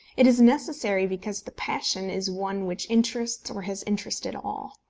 it is necessary because the passion is one which interests or has interested all.